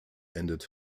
endet